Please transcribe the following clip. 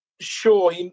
sure